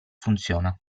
funziona